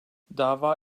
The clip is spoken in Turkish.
dava